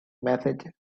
message